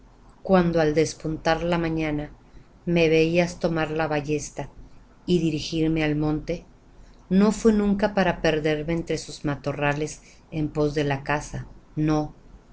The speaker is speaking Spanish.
cuando al despuntar la mañana me veías tomar la ballesta y dirigirme al monte no fué nunca para perderme entre sus matorrales en pos de la caza no